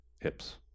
hips